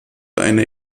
eine